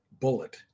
Bullet